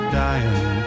dying